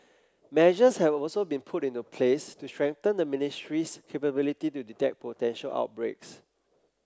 measures have also been put into place to strengthen the ministry's capability to detect potential outbreaks